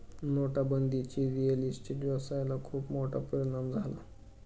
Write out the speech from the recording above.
नोटाबंदीचा real estate व्यवसायाला खूप मोठा परिणाम झाला